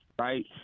right